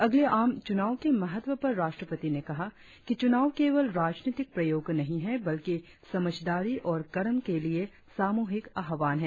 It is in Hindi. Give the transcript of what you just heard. अगले आम चुनाव के महत्व पर राष्ट्रपति ने कहा कि चुनाव केवल राजनीतिक प्रयोग नही है बल्कि समझदारी और कर्म के लिए सामुहिक आह्वान है